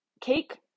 cake